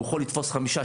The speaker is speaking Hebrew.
הוא יכול לתפוס חמישה,